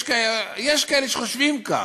יש כאלה שחושבים כך.